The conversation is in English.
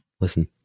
Listen